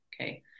Okay